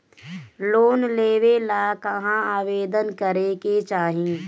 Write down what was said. Loan लेवे ला कहाँ आवेदन करे के चाही?